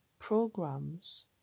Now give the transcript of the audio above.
programs